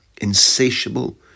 insatiable